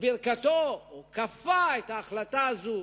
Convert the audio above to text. בוקר טוב לכם,